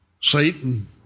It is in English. Satan